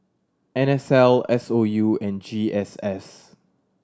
N S L S O U and G S S